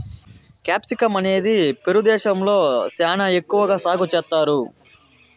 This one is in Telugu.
క్యాప్సికమ్ అనేది పెరు దేశంలో శ్యానా ఎక్కువ సాగు చేత్తారు